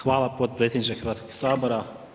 Hvala potpredsjedniče Hrvatskog sabora.